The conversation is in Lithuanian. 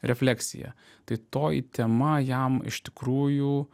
refleksija tai toji tema jam iš tikrųjų